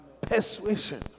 Persuasion